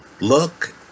look